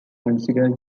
considers